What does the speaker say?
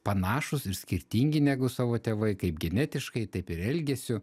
panašūs ir skirtingi negu savo tėvai kaip genetiškai taip ir elgesiu